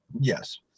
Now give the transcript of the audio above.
Yes